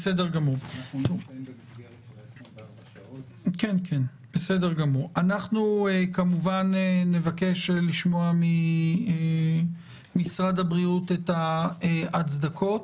אנחנו כמובן נבקש לשמוע ממשרד הבריאות את ההצדקות,